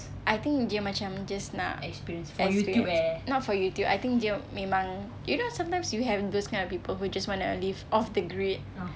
I think dia macam just nak experience not for youtube I think dia memang you know sometimes you have those kind of people that just wanna live off the grid